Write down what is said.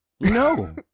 no